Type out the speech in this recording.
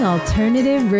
Alternative